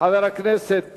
חבר הכנסת